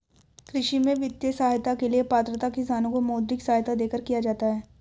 कृषि में वित्तीय सहायता के लिए पात्रता किसानों को मौद्रिक सहायता देकर किया जाता है